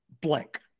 blank